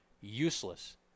useless